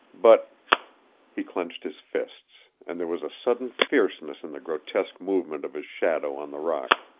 but he clenched his fists, and there was a sudden fierceness in the grotesque movement of his shadow on the rock.